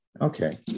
Okay